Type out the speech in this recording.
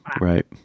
Right